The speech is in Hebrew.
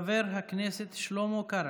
חבר הכנסת שלמה קרעי,